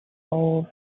falls